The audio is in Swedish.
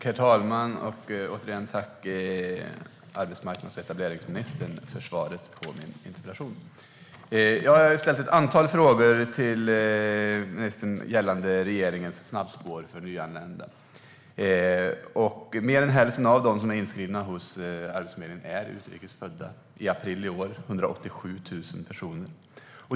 Herr talman! Tack, arbetsmarknads och etableringsministern, för svaret på min interpellation! Jag har ställt ett antal frågor till ministern gällande regeringens snabbspår för nyanlända. Mer än hälften av dem som är inskrivna på Arbetsförmedlingen är utrikes födda. I april i år var det 187 000 personer.